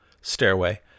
Stairway